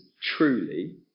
truly